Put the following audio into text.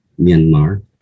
Myanmar